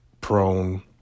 prone